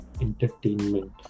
entertainment